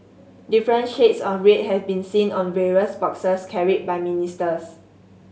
different shades of red have been seen on various boxes carried by ministers